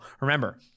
Remember